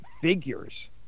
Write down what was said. figures